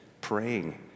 praying